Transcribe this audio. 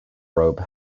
robe